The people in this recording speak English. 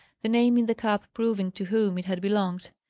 the name in the cap proving to whom it had belonged.